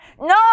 No